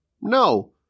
No